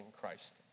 Christ